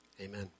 amen